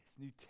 new